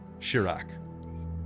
Shirak